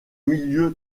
milieu